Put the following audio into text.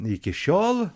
iki šiol